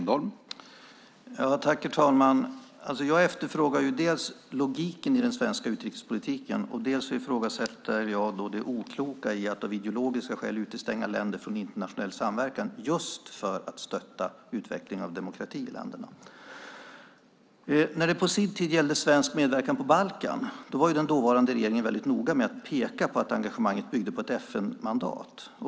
Herr talman! Jag efterfrågar dels logiken i den svenska utrikespolitiken, dels ifrågasätter jag om det är så klokt att av ideologiska skäl utestänga länder från internationell samverkan just för att stötta utvecklingen av demokrati i länderna. När det på sin tid gällde svensk medverkan på Balkan var den dåvarande regeringen väldigt noga med att peka på att engagemanget byggde på ett FN-mandat.